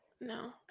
No